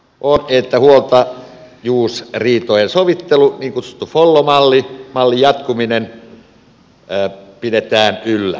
erittäin hienoa on että huoltajuusriitojen sovittelun niin kutsutun follo mallin jatkumista pidetään yllä